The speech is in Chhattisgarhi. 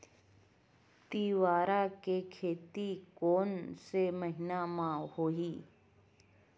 तीवरा के खेती कोन से महिना म होही?